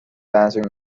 dancing